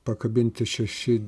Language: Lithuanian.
pakabinti šeši